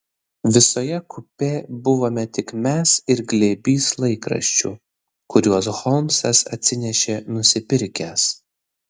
visoje kupė buvome tik mes ir glėbys laikraščių kuriuos holmsas atsinešė nusipirkęs